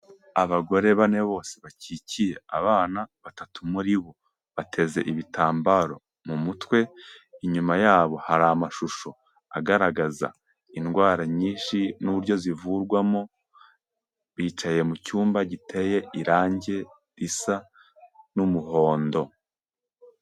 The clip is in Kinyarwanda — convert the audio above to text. Abagore bane bose bakikiye abana, batatu muri bo bateze ibitambaro mu mutwe, inyuma yabo hari amashusho agaragaza indwara nyinshi n'uburyo zivurwamo, bicaye mu cyumba giteye irangi risa n'umuhondo.